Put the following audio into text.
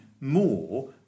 more